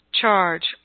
Charge